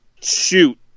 shoot